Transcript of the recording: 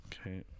Okay